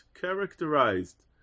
characterized